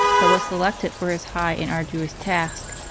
but was selected for his high and arduous task,